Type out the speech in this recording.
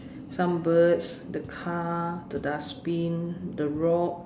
some birds the car the dustbin the rock